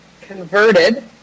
converted